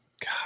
God